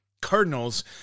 Cardinals